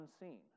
unseen